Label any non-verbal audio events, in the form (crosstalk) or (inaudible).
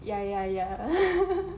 ya ya ya (laughs)